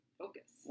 focus